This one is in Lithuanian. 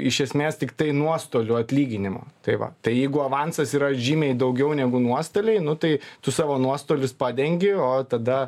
iš esmės tiktai nuostolių atlyginimą tai va tai jeigu avansas yra žymiai daugiau negu nuostoliai nu tai tu savo nuostolius padengi o tada